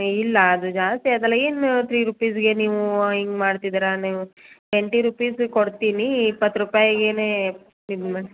ಇಲ್ಲ ಅದು ಜಾಸ್ತಿ ಆಯಿತಲ್ಲಾ ಏನು ತ್ರೀ ರುಪೀಸಿಗೆ ನೀವು ಹಿಂಗ್ ಮಾಡ್ತಿದ್ದೀರಾ ನೀವು ಟ್ವೆಂಟಿ ರುಪೀಸಿಗೆ ಕೊಡ್ತೀನಿ ಇಪ್ಪತ್ತು ರೂಪಾಯ್ಗೇ ಇದು ಮಾಡಿ